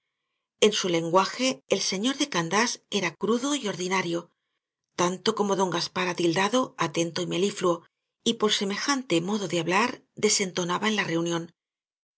en su lenguaje el señor de candás era crudo y ordinario tanto como don gaspar atildado atento y melifluo y por semejante modo de hablar desentonaba en la reunión